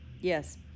Yes